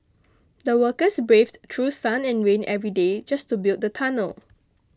the workers braved through sun and rain every day just to build the tunnel